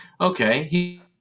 okay